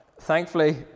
thankfully